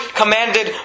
commanded